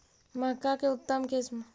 मक्का के उतम किस्म?